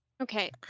Okay